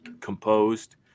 composed